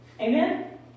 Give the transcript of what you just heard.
Amen